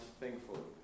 thankful